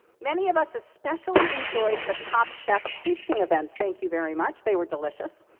many of us especially enjoyed the top chef tasting events, thank you very much, they were delicious.